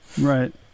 Right